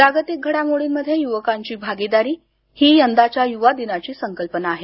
जागतिक घडामोर्डीमध्ये युवकांची भागीदारी ही यंदाच्या युवा दिनाची संकल्पना आहे